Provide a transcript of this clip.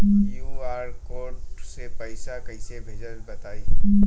QR code से पईसा कईसे भेजब बताई?